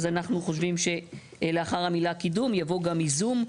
אז אנחנו חושבים שלאחר המילה "קידום" יבוא גם "יזום",